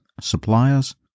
suppliers